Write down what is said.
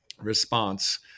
response